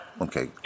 Okay